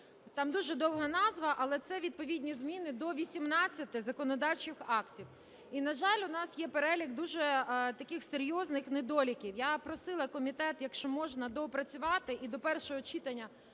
Там дуже довга назва, але це відповідні зміни до 18 законодавчих актів. І, на жаль, у нас є перелік дуже таких серйозних недоліків. Я просила б комітет, якщо можна, доопрацювати і до першого читання